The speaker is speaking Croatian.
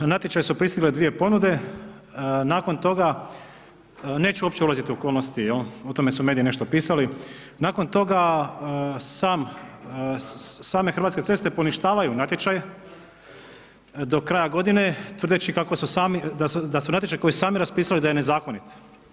Na natječaj su pristigle dvije ponude, nakon toga neću uopće ulaziti u okolnosti, jel', o tome su mediji nešto pisali, nakon toga, same Hrvatske ceste poništavaju natječaj do kraja godine tvrdeći kako su sami, da su natječaj koji su sami raspisali da je nezakonit.